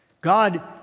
God